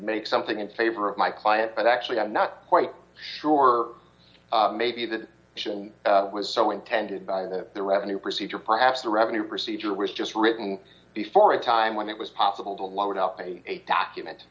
make something in favor of my client but actually i'm not quite sure maybe that action was so intended by the the revenue procedure perhaps the revenue procedure was just written before a time when it was possible to load up a document